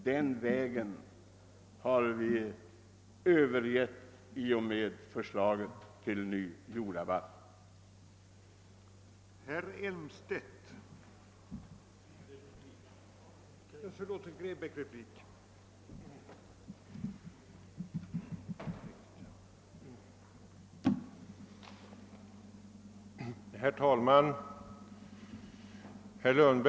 Den vägen har vi övergett i och med förslaget till ny jordabalk. Herr talman! Jag yrkar bifall till motionerna II: 1464 och I1: 1494.